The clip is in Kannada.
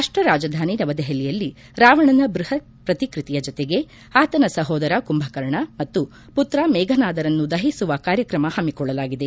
ರಾಷ್ಟ ರಾಜಧಾನಿ ನವದೆಹಲಿಯಲ್ಲಿ ರಾವಣನ ಬೃಹತ್ ಪ್ರತಿಕೃತಿಯ ಜತೆಗೆ ಆತನ ಸಹೋದರ ಕುಂಭಕರ್ಣ ಮತ್ತು ಪುತ್ರ ಮೇಘನಾದರನ್ನು ದಹಿಸುವ ಕಾರ್ಯಕ್ರಮ ಹಮ್ನಿಕೊಳ್ಳಲಾಗಿದೆ